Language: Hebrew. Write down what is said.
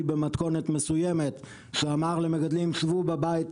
במתכונת מסוימת שאמר למגדלים שבו בבית,